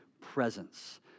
presence